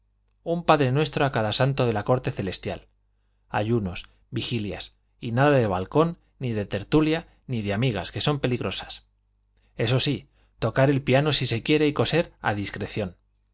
un padrenuestro a cada santo de la corte celestial ayunos vigilias y nada de balcón ni de tertulia ni de amigas que son peligrosas eso sí tocar el piano si se quiere y coser a discreción